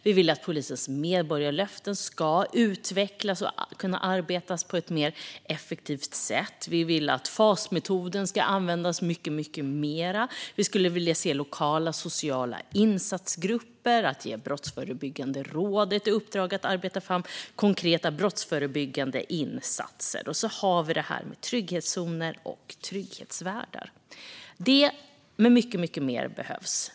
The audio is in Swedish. Vi vill att polisens medborgarlöften ska utvecklas och att man ska kunna arbeta på ett mer effektivt sätt. Vi vill att fasmetoden ska användas mycket mer. Vi skulle vilja se lokala sociala insatsgrupper. Vi skulle vilja ge Brottsförebyggande rådet i uppdrag att arbeta fram konkreta brottsförebyggande insatser. Och så har vi det här med trygghetszoner och trygghetsvärdar. Detta och mycket mer behövs.